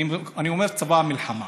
אני אומר צבא המלחמה,